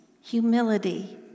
humility